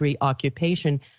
occupation